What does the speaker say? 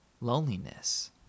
loneliness